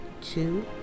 two